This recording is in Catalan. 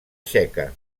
txeca